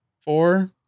Four